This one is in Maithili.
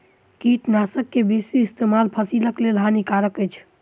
कीटनाशक के बेसी इस्तेमाल फसिलक लेल हानिकारक अछि